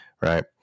Right